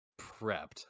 prepped